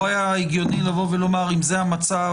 לא היה הגיוני לומר שאם זה המצב,